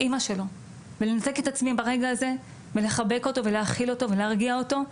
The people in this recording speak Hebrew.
אמא שלו ולנתק את עצמי ברגע הזה ולחבק אותו ולהכיל אותו ולהרגיע אותו,